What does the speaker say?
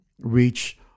reach